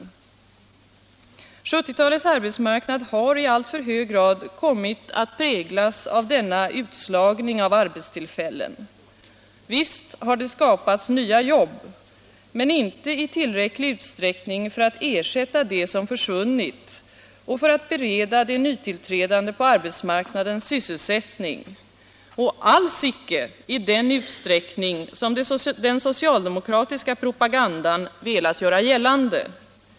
1970-talets arbetsmarknad har i alltför hög grad kommit att präglas av denna utslagning av arbetstillfällen. Visst har det skapats nya jobb men inte i tillräcklig utsträckning för att ersätta jobb som försvunnit och för att bereda de nytillträdande på arbetsmarknaden sysselsättning, och alls icke i den utsträckning som den socialdemokratiska propagandan velat göra gällande.